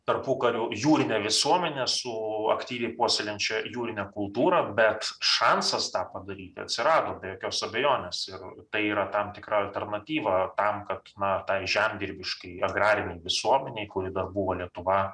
tarpukariu jūrine visuomene su aktyviai puoselėjančia jūrine kultūra bet šansas tą padaryti atsirado be jokios abejonės ir tai yra tam tikra alternatyva tam kad na tai žemdirbiškai agrarinei visuomenei kuri dar buvo lietuva